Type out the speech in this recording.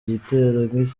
gitero